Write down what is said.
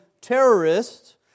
terrorists